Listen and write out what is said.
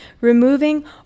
removing